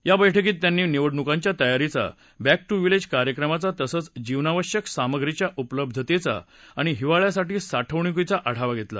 या बस्क्रीत त्यांनी या निवडणुकांच्या तयारीचा बँक टू विलेज कार्यक्रमाचा तसंच जीवनावश्यक सामग्रीच्या उपलब्धतेचा आणि हिवाळ्यासाठी साठवणूकीचा आढावा घेतला